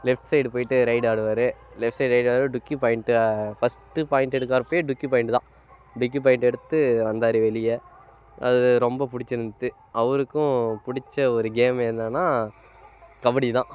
left side போய்ட்டு raid ஆடுவார் left side raid டுக்கி point first point எடுக்கிறப்பையே டுக்கி பாயிண்ட்டு தான் டிக்கி பாயிண்ட் எடுத்து வந்தார் வெளியே அது ரொம்ப பிடிச்சிருந்தது அவருக்கும் பிடித்த ஒரு கேம் என்னன்னா கபடி தான்